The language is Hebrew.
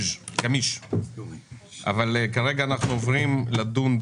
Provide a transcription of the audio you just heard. אנחנו ממשיכים בדיונים.